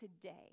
today